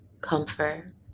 comfort